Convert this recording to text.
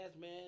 man